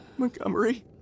Montgomery